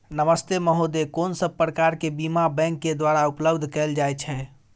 नमस्ते महोदय, कोन सब प्रकार के बीमा बैंक के द्वारा उपलब्ध कैल जाए छै?